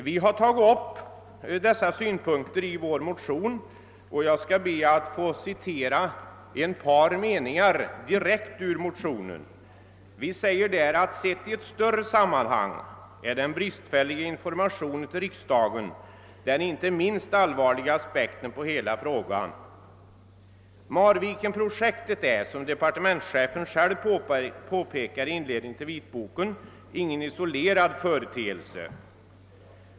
Vi har tagit upp synpunkterna i vår motion, och jag skall be att få citera några meningar direkt ur denna. Vi skriver: » Sett i ett större sammanhang är den bristfälliga informationen till riksdagen den inte minst allvarliga aspekten av hela frågan. Marvikenprojektet är — som departementschefen själv påpekar i inledningen till vitboken — ingen isolerad företeelse.